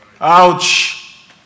Ouch